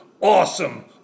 awesome